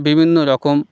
বিভিন্ন রকম